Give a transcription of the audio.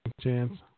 chance